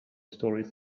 stories